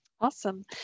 Awesome